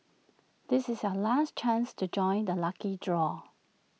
this is A last chance to join the lucky draw